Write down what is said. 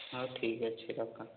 ହଉ ଠିକ୍ ଅଛି ରଖ